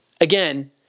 again